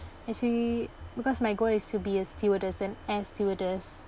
actually because my goal is to be a stewardess an air stewardess